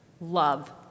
Love